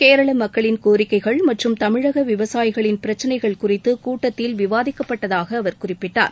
கேரள மக்களின் கோரிக்கைகள் மற்றும் தமிழக விவசாயிகளின் பிரச்சினைகள் குறித்து கூட்டத்தில் விவாதிக்கப்பட்டதாக அவர் குறிப்பிட்டார்